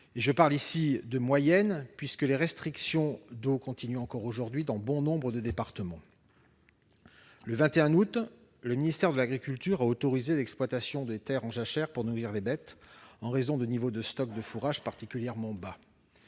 je parle ici de moyennes, puisque des restrictions d'eau sont encore imposées aujourd'hui dans bon nombre de départements. Le 21 août, le ministère de l'agriculture a autorisé l'exploitation des terres en jachère pour nourrir les bêtes, en raison de niveaux de stocks de fourrage particulièrement bas.